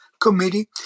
committee